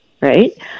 right